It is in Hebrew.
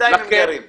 בינתיים הם גרים שם.